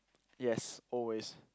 yes always